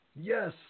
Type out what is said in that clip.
Yes